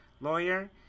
lawyer